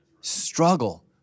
struggle